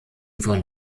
von